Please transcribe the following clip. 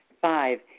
Five